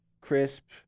crisp